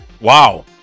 Wow